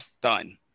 Done